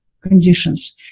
conditions